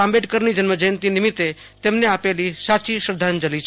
આંબેડકરની જન્મજયંતિ નિમિત્તે તેમને આપેલી સાચી શ્રદ્ધાંજલિ છે